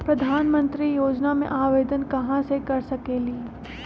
प्रधानमंत्री योजना में आवेदन कहा से कर सकेली?